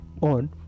on